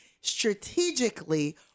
strategically